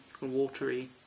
watery